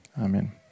Amen